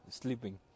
sleeping